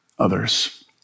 others